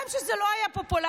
גם כשזה לא היה פופולרי,